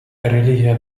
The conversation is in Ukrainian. релігія